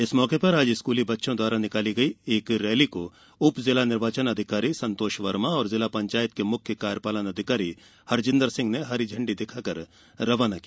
इस मौके पर आज स्कूली बच्चों द्वारा निकाली गई रैली को उप जिला निर्वाचन अधिकारी संतोष वर्मा और जिला पंचायत के मुख्य कार्यपालन अधिकारी हरजिंदर सिंह ने हरी झंडी दिखाकर रवाना किया